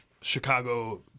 Chicago